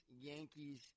Yankees